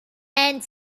and